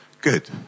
good